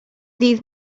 ddydd